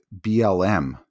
BLM